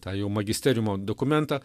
tą jau magisteriumo dokumentą